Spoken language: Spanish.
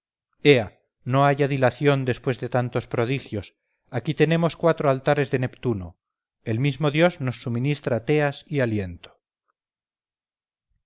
no haya dilación después de tantos prodigios aquí tenemos cuatro altares de neptuno el mismo dios nos suministra teas y aliento